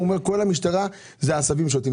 הוא אומר שכל המשטרה הם עשבים שוטים.